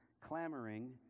clamoring